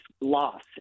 loss